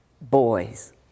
boys